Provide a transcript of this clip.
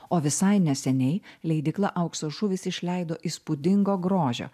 o visai neseniai leidykla aukso žuvys išleido įspūdingo grožio